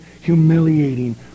humiliating